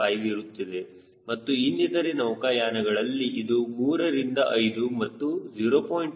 5ಇರುತ್ತದೆ ಮತ್ತು ಇನ್ನಿತರೆ ನೌಕಾಯಾನಗಳಲ್ಲಿ ಇದು 3 ರಿಂದ 5 ಮತ್ತು 0